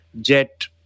Jet